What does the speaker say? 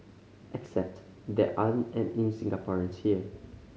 except there aren't any Singaporeans here